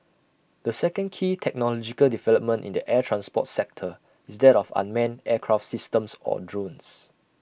the second key technological development in the air transport sector is that of unmanned aircraft systems or drones